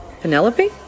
Penelope